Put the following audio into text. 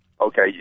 Okay